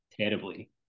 terribly